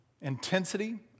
intensity